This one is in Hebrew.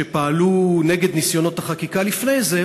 שפעלו נגד ניסיונות החקיקה לפני זה,